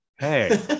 hey